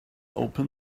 open